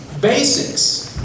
basics